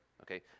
okay